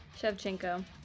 Shevchenko